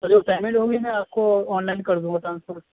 اور جو پیمنٹ ہوگی میں آپ کو آنلائن کر دوں گا ٹرانسفر